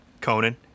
conan